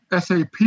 SAP